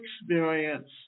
experience